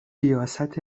ریاست